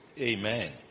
Amen